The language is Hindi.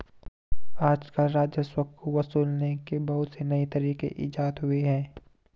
आजकल राजस्व को वसूलने के बहुत से नये तरीक इजात हुए हैं